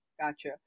Gotcha